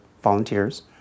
volunteers